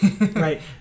Right